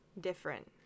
different